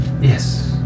Yes